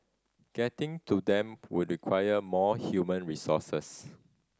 getting to them would require more human resources